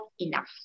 enough